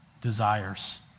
desires